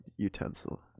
utensil